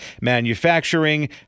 manufacturing